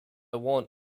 want